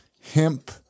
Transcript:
hemp